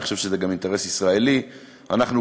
אני חושב שזה גם אינטרס ישראלי.